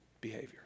behavior